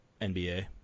nba